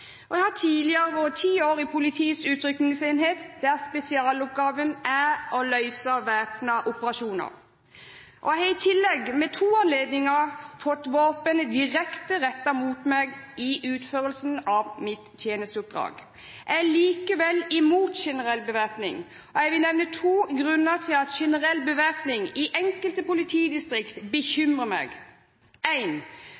og jeg har tidligere vært ti år i politiets utrykningsenhet, der spesialoppgaven er å løse væpnede oppdrag. Jeg har i tillegg ved to anledninger fått våpen rettet direkte mot meg i utførelsen av mitt tjenesteoppdrag. Jeg er likevel imot generell bevæpning, og jeg vil nevne noen grunner til at generell bevæpning i enkelte